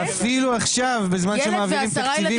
אפילו עכשיו בזמן שמעבירים כספים